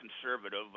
conservative